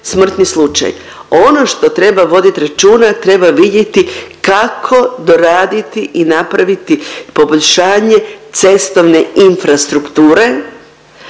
smrtni slučaj. Ono što treba voditi računa treba vidjeti kako doraditi i napraviti poboljšanje cestovne infrastrukture